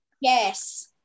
yes